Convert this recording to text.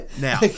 Now